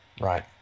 right